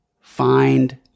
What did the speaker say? find